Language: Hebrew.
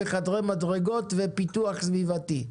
חדרי מדרגות ופיתוח סביבתי,